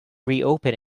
reopen